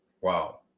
Wow